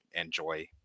enjoy